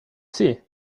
see